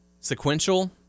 sequential